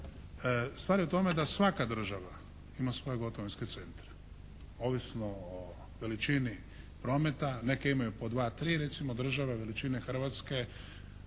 Stvar je u tome da svaka država ima svoje gotovinske centre, ovisno o veličini prometa. Neke imaju po dva, tri. Recimo državi veličine Hrvatske